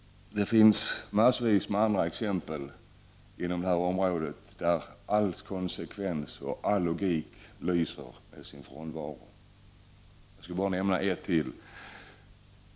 Det finns massvis med andra exempel inom detta område där all konsekvens och all logik lyser med sin frånvaro. Jag skall bara nämna ett till.